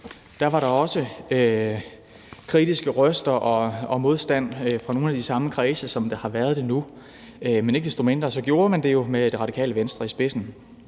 Da var der også kritiske røster og modstand fra nogle af de samme kredse, som der har været nu, men ikke desto mindre gjorde man det jo med Radikale Venstre i spidsen.